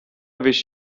wish